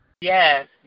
Yes